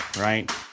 right